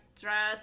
dress